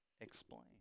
Explain